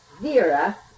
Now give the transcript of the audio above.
Vera